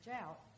out